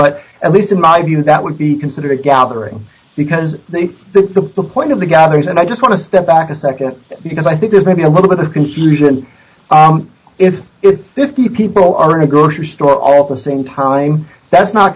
but at least in my view that would be considered a gathering because the the point of the gatherings and i just want to step back a nd because i think there's maybe a little bit of confusion if it fifty people are in a grocery store all the same time that's not